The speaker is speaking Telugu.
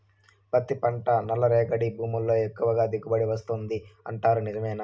పత్తి పంట నల్లరేగడి భూముల్లో ఎక్కువగా దిగుబడి వస్తుంది అంటారు నిజమేనా